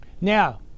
Now